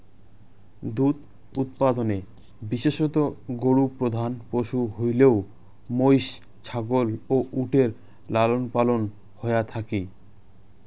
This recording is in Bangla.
দুধ উৎপাদনে বিশেষতঃ গরু প্রধান পশু হইলেও মৈষ, ছাগল ও উটের লালনপালন হয়া থাকি